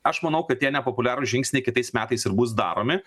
aš manau kad tie nepopuliarūs žingsniai kitais metais ir bus daromi